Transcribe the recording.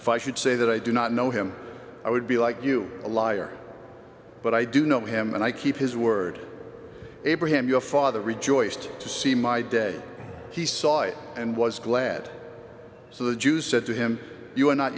if i should say that i do not know him i would be like you a liar but i do know him and i keep his word abraham your father rejoiced to see my day he saw it and was glad so the jews said to him you are not